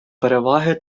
переваги